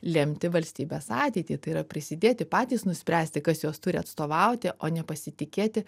lemti valstybės ateitį tai yra prisidėti patys nuspręsti kas juos turi atstovauti o ne pasitikėti